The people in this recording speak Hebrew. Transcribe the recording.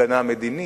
הגנה מדינית.